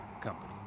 company